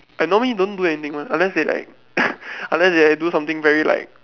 I normally don't do anything one unless they like unless they do something very like